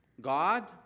God